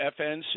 FNC